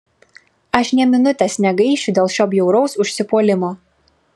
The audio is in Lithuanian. aš nė minutės negaišiu dėl šio bjauraus užsipuolimo